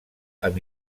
amb